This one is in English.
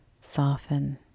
soften